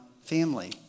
family